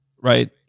Right